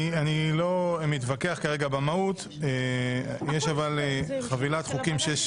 אני לא מתווכח כרגע במהות אבל יש חבילת חוקים שיש